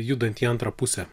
judant į antrą pusę